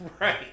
Right